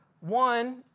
One